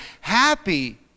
happy